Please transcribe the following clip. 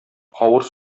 авыр